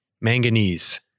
Manganese